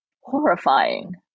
horrifying